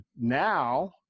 now